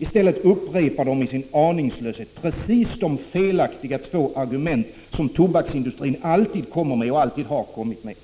I stället upprepar man i sin aningslöshet precis de felaktiga två argument som tobaksindustrin alltid har kommit med och alltid kommer med.